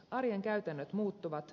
arjen käytännöt muuttuvat